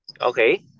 okay